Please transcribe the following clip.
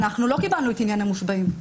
אנחנו לא קיבלנו את עניין המושבעים,